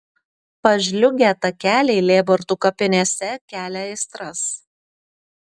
pažliugę takeliai lėbartų kapinėse kelia aistras